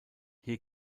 hier